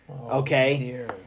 Okay